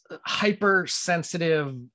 hypersensitive